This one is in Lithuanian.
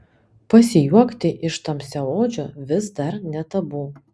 pasijuokti iš tamsiaodžio vis dar ne tabu